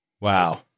Wow